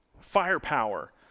firepower